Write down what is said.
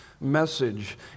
message